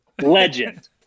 Legend